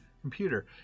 computer